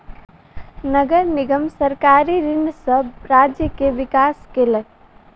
नगर निगम सरकारी ऋण सॅ राज्य के विकास केलक